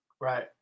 Right